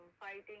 fighting